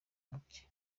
muke